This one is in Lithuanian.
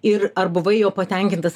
ir ar buvai juo patenkintas